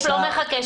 לא קיבלנו פה כלום.